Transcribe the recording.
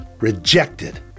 Rejected